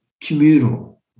communal